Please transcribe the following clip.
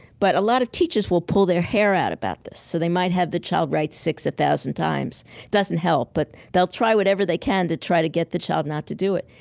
but a lot of teachers will pull their hair out about this, so they might have the child write six a thousand times. it doesn't help, but they'll try whatever they can to try to get the child not to do it.